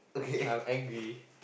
I'm angry